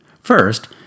First